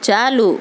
چالو